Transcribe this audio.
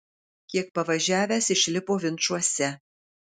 kiek pavažiavęs išlipo vinčuose